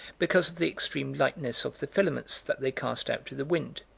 because of the extreme lightness of the filaments that they cast out to the wind.